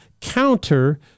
counter